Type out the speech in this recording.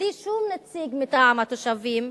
בלי שום נציג מטעם התושבים.